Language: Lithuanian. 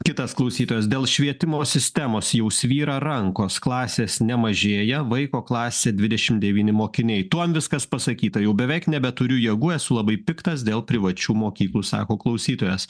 kitas klausytojas dėl švietimo sistemos jau svyra rankos klasės nemažėja vaiko klasė dvidešimt devyni mokiniai tuom viskas pasakyta jau beveik nebeturiu jėgų esu labai piktas dėl privačių mokyklų sako klausytojas